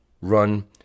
run